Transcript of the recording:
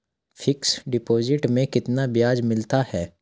Fix deposit में कितना ब्याज मिलता है?